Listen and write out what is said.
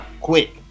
quick